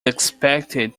expected